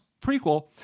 prequel